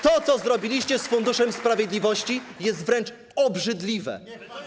To, co zrobiliście z Funduszem Sprawiedliwości, jest wręcz obrzydliwe.